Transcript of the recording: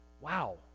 Wow